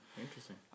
interesting